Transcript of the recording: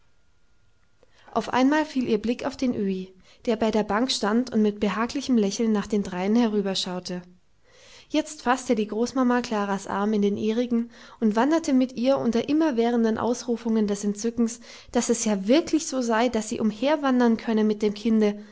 auf einmal fiel ihr blick auf den öhi der bei der bank stand und mit behaglichem lächeln nach den dreien herüberschaute jetzt faßte die großmama klaras arm in den ihrigen und wanderte mit ihr unter immerwährenden ausrufungen des entzückens daß es ja wirklich so sei daß sie umherwandern könne mit dem kinde